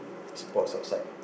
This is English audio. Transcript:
sports outside